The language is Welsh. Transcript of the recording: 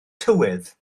tywydd